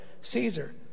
Caesar